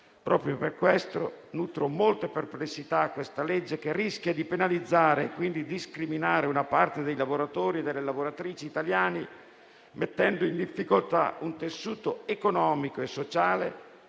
Proprio per questo nutro molte perplessità sulla legge al nostro esame che rischia di penalizzare e quindi discriminare una parte dei lavoratori e delle lavoratrici italiani, mettendo in difficoltà un tessuto economico e sociale